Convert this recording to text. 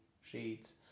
sheets